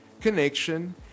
Connection